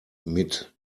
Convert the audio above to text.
mit